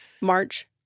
March